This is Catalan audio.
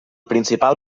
principal